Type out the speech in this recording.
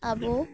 ᱟᱵᱚ